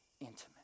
intimate